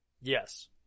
Yes